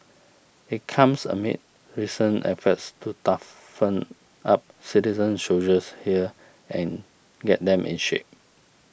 it comes amid recent efforts to toughen up citizen soldiers here and get them in shape